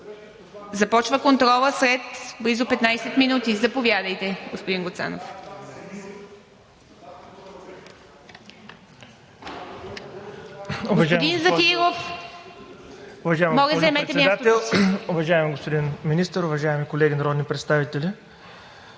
започва след близо 15 минути. Заповядайте, господин Гуцанов.